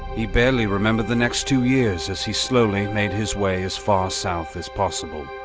he barely remembered the next two years, as he slowly made his way as far south as possible.